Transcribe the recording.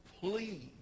please